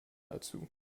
dazu